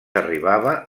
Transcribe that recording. arribava